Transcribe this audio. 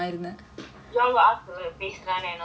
you all were ask to please run and all that